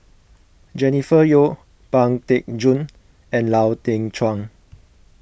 Jennifer Yeo Pang Teck Joon and Lau Teng Chuan